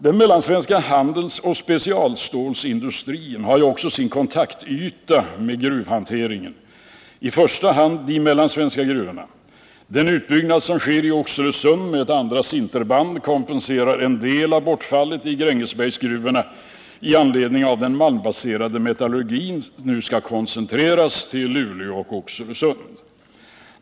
Den mellansvenska handelsoch specialstålindustrin har också sin kontaktyta med gruvhanteringen, i första hand i fråga om de mellansvenska gruvorna. Den utbyggnad som sker i Oxelösund med ett andra sinterband kompenserar en del av bortfallet i Grängesbergsgruvorna i anledning av att den malmbaserade metallurgin nu skall koncentreras till Luleå och Oxelösund.